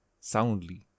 soundly